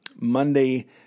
Monday